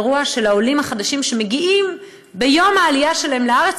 אירוע של העולים החדשים שמגיעים ביום העלייה שלהם לארץ,